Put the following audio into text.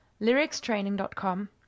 LyricsTraining.com